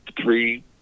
three